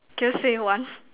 can you say one